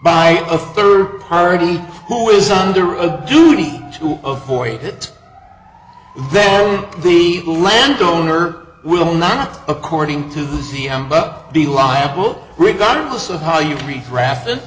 by a third party who is under a duty to avoid it then the landowner will not according to the c m bub be liable regardless of how you treat